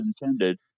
intended